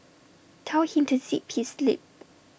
tell him to zip his lip